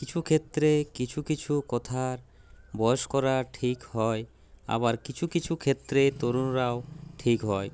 কিছু ক্ষেত্রে কিছু কিছু কথার বয়স্করা ঠিক হয় আবার কিছু কিছু ক্ষেত্রে তরুণরাও ঠিক হয়